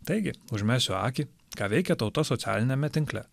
taigi užmesiu akį ką veikia tauta socialiniame tinkle